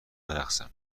برقصم